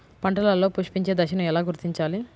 పంటలలో పుష్పించే దశను ఎలా గుర్తించాలి?